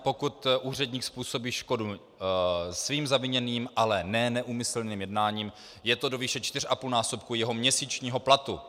Pokud úředník způsobí škodu svým zaviněním, ale ne úmyslným jednáním, je to do výše 4,5násobku jeho měsíčního platu.